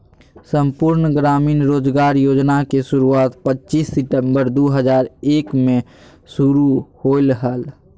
संपूर्ण ग्रामीण रोजगार योजना के शुरुआत पच्चीस सितंबर दु हज़ार एक मे शुरू होलय हल